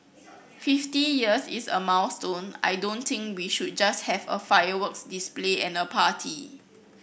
fifty years is a milestone I don't think we should just have a fireworks display and a party